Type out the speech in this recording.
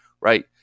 right